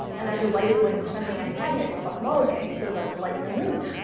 and are delighted when his friendly antagonist, buck mulligan, shows up to lighten the mood.